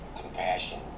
Compassion